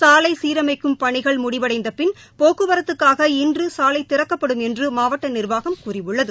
சாலை சீரமைக்கும் பணிககள் முடிவடைந்த பின் போக்குவரத்துக்காக இன்று சாலை திறக்கப்படும் என்று மாவட்ட நிர்வாகம் கூறியுள்ளது